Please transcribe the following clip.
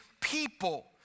people